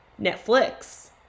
netflix